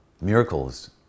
Miracles